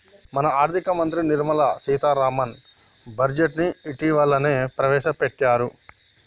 మన ఆర్థిక మంత్రి నిర్మల సీతారామన్ బడ్జెట్ను ఇటీవలనే ప్రవేశపెట్టారు